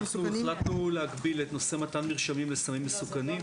אנחנו החלטנו להגביל את נושא מתן מרשמים לסמים מסוכנים.